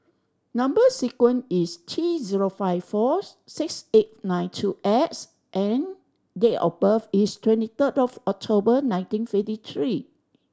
number sequence is T zero five fourth six eight nine two X and date of birth is twenty third of October nineteen fifty three